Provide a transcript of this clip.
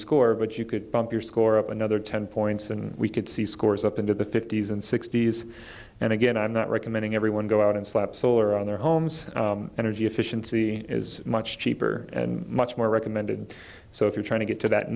score but you could bump your score up another ten points and we could see scores up into the fifty's and sixty's and again i'm not recommending everyone go out and slap solar on their homes energy efficiency is much cheaper and much more recommended so if you're trying to get to that